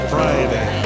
Friday